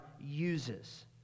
uses